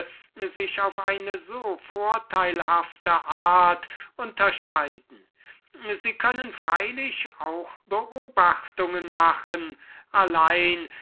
sich auf eine so vorteilhafte art unterscheiden solche leute können wohl beobachtungen machen allein